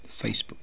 Facebook